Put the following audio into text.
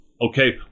okay